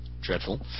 dreadful